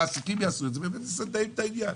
המעסיקים יעשו את זה ומסדרים את העניין.